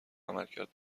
عملکرد